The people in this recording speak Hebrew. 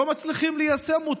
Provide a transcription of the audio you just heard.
לא מצליחים ליישם אותה.